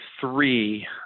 three